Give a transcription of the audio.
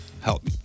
help